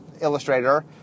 illustrator